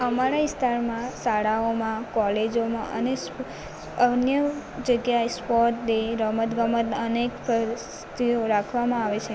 અમારા વિસ્તારમાં શાળાઓમાં કોલેજોમાં અને અન્ય જગ્યાએ સ્પોટ ડે રમત ગમત અને રાખવામાં આવે છે